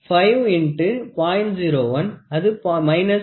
01 அது 0